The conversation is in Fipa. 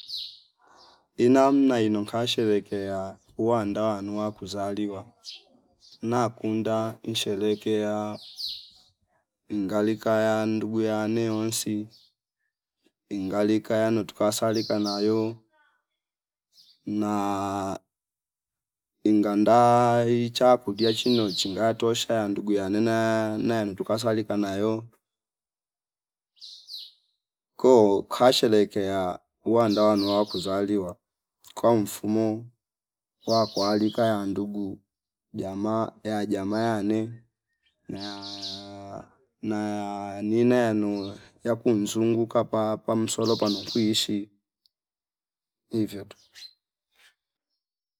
Inamna ino nkasherekea uwanda nuwa kuzaliwa na kunda nsherekea ngali kaya ndungu yane onsi ingali kano tukasalika nayo na unganda icha kudia chino chinda tosha yandugu yanena neya tukazalika nayo, ko kasherekea uwanda nowa kuzaliwa kwa mfumo wa kualika ya ndugu jamaa yajama yane na yaa- na yaa nina yanowa kumzunguka pa- pamsolo pano kwiishi ivyo tuh